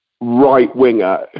right-winger